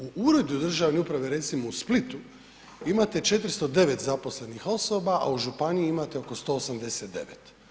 U Uredu državne uprave, recimo u Splitu, imate 409 zaposlenih osoba, a u županiji imate oko 189.